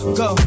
go